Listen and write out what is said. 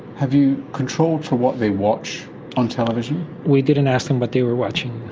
have you controlled for what they watch on television? we didn't ask them what they were watching.